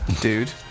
Dude